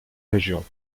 régions